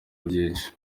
byinshi